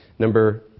Number